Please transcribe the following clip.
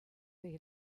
tai